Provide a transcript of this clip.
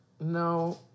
No